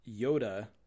Yoda